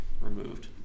removed